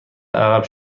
عقب